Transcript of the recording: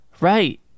right